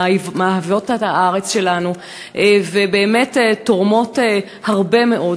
מאהיבות את הארץ שלנו ובאמת תורמות הרבה מאוד,